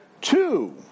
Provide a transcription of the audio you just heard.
two